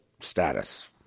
status